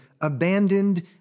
abandoned